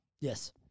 Yes